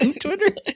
Twitter